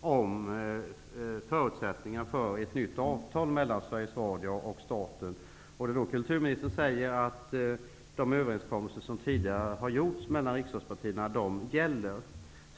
om förutsättningarna för ett nytt avtal mellan Sveriges Radio och staten. Kulturministern har sagt att de överenskommelser som tidigare har gjorts mellan riksdagspartierna gäller.